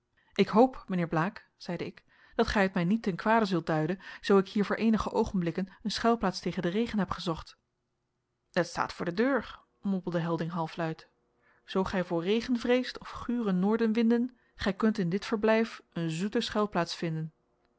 ik hoop mijnheer blaek zeide ik dat gij het mij niet ten kwade zult duiden zoo ik hier voor eenige oogenblikken een schuilplaats tegen den regen heb gezocht het staat voor de deur mompelde helding halfluid zoo gij voor regen vreest of gure noordenwinden gij kunt in dit verblijf een zoete